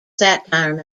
satire